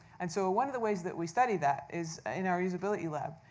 and so one of the ways that we study that is in our usability lab.